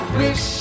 wish